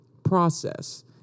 process